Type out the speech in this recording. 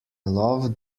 love